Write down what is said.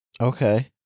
Okay